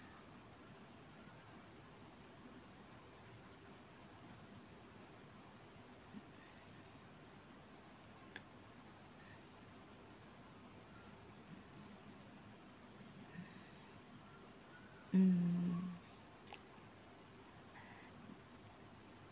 mm